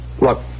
Look